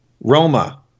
Roma